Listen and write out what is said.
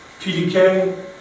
PDK